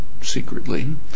secretly